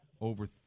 over